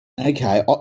Okay